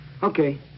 Okay